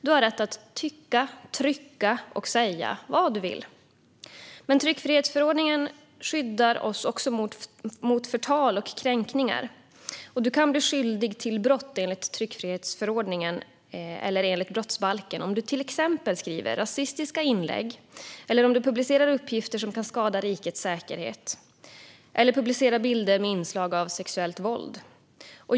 Du har rätt att trycka, tycka och säga vad du vill. Men tryckfrihetsförordningen skyddar oss också mot förtal och kränkningar. Du kan bli skyldig till brott enligt tryckfrihetsförordningen eller enligt brottsbalken om du till exempel skriver rasistiska inlägg, publicerar uppgifter som kan skada rikets säkerhet eller publicerar bilder med inslag av sexuellt våld.